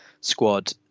squad